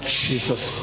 jesus